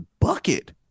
bucket